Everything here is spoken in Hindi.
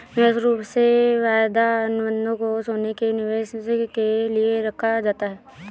विशेष रूप से वायदा अनुबन्धों को सोने के निवेश के लिये रखा जाता है